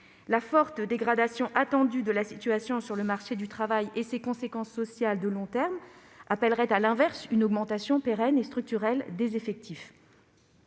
La forte dégradation attendue de la situation sur le marché du travail et ses conséquences sociales de long terme appelleraient, à l'inverse, une augmentation pérenne et structurelle des effectifs.